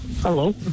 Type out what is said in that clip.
Hello